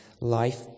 life